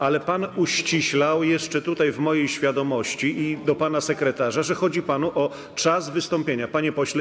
Ale pan uściślał jeszcze tutaj w mojej obecności, mówiąc do pana sekretarza, że chodzi panu o czas wystąpienia, panie pośle.